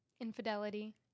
infidelity